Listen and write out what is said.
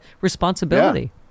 responsibility